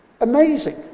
Amazing